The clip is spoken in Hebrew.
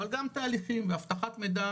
אבל גם תהליכים ואבטחת מידע,